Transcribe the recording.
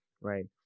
right